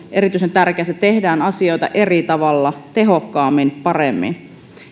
erityisen tärkeää se että tehdään asioita eri tavalla tehokkaammin paremmin